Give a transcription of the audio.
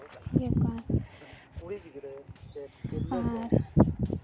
ᱤᱭᱟᱹ ᱠᱚ ᱟᱨ